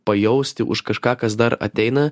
pajausti už kažką kas dar ateina